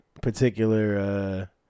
particular